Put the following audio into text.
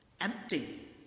empty